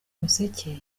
umuseke